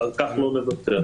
על כך לא נוותר.